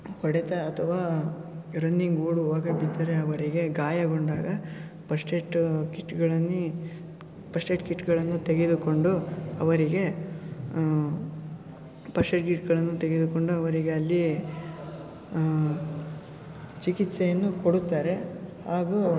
ಹೊಡೆತ ಅಥವಾ ರನ್ನಿಂಗ್ ಓಡುವಾಗ ಬಿದ್ದರೆ ಅವರಿಗೆ ಗಾಯಗೊಂಡಾಗ ಪಸ್ಟ್ಏಟ್ಟು ಕಿಟ್ಗಳನ್ನು ಪಸ್ಟ್ಏಡ್ ಕಿಟ್ಗಳನ್ನು ತೆಗೆದುಕೊಂಡು ಅವರಿಗೆ ಪಸ್ಟ್ಏಡ್ ಕಿಟ್ಗಳನ್ನು ತೆಗೆದುಕೊಂಡು ಅವರಿಗೆ ಅಲ್ಲಿ ಚಿಕಿತ್ಸೆಯನ್ನು ಕೊಡುತ್ತಾರೆ ಹಾಗೂ